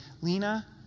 Lena